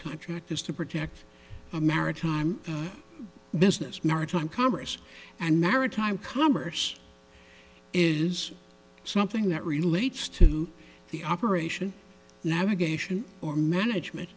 contract is to protect a maritime business maritime congress and maritime commerce is something that relates to the operation navigation or management